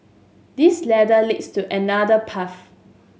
this ladder leads to another path